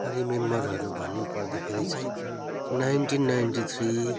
रिमेम्बरहरू भन्नुपर्दाखेरि चाहिँ nineteen ninety three